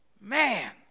Man